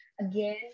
again